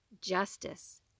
justice